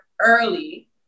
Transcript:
early